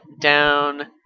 down